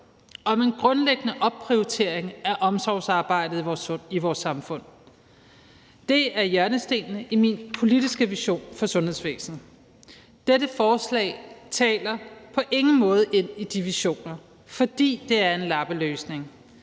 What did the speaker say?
om en grundlæggende opprioritering af omsorgsarbejdet i vores samfund. Det er hjørnestenen i min politiske vision for sundhedsvæsenet. Dette forslag taler på ingen måde ind i de visioner, fordi det er en lappeløsning.